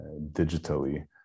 digitally